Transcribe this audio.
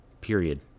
Period